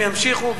והם ימשיכו,